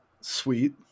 sweet